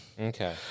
okay